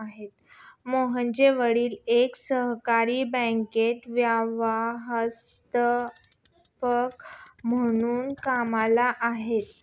मोहनचे वडील एका सहकारी बँकेत व्यवस्थापक म्हणून कामला आहेत